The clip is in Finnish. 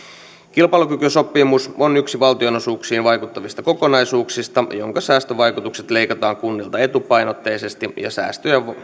kilpailukykysopimus on yksi valtionosuuksiin vaikuttavista kokonaisuuksista jonka säästövaikutukset leikataan kunnilta etupainotteisesti ja säästöjä